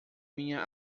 minha